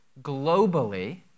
globally